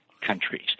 countries